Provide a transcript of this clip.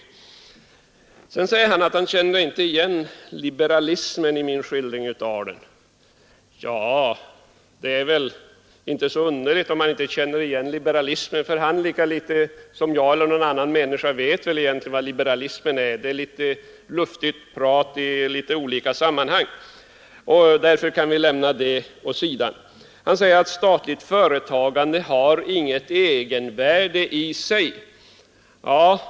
Herr Wirtén säger vidare att han inte känner igen liberalismen i min skildring. Det är väl inte så underligt; herr Wirtén lika litet som jag eller någon annan människa vet väl egentligen vad liberalism är — det är litet luftigt prat i olika sammanhang. Därför kan vi lämna den saken åt sidan. Herr Wirtén framhåller att statligt företagande inte har något egenvärde i sig.